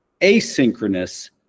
asynchronous